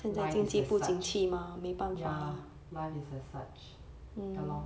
life is as such ya life is as such